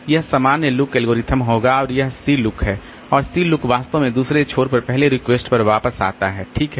यह सामान्य LOOK algorithm होगा और यह C LOOK है और C LOOK वास्तव में दूसरे छोर पर पहले रिक्वेस्ट पर वापस आता है ठीक है